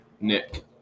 Nick